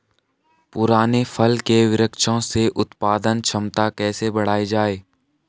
पुराने फल के वृक्षों से उत्पादन क्षमता कैसे बढ़ायी जाए?